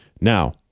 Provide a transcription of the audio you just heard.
Now